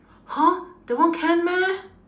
!huh! that one can meh